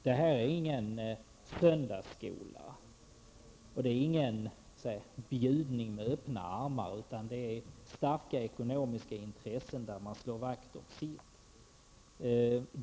Det här är ingen söndagsskola, det är ingen som bjuder med öppna armar, utan det är fråga om starka ekonomiska intressen, som slår vakt om sitt.